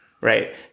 Right